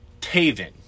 Taven